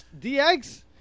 DX